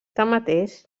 tanmateix